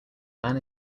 man